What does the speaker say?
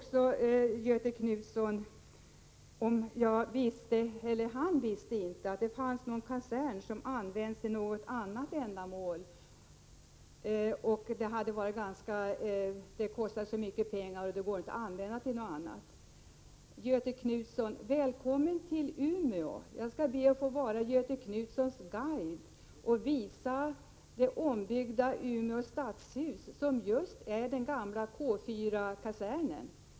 Göthe Knutson visste inte att det fanns någon kasern som används för annat ändamål. Han anförde att en kasern inte går att använda till någonting annat, eftersom det skulle kosta för mycket osv. Välkommen till Umeå! Jag skall be att få vara Göthe Knutsons guide och visa det ombyggda stadshuset i Umeå som just är den gamla K4-kasernen.